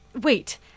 Wait